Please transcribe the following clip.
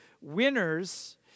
winners